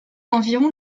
environ